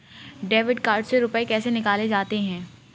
Debit card से रुपये कैसे निकाले जाते हैं?